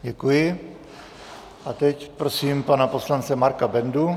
Děkuji a teď prosím pana poslance Marka Bendu.